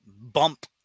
bump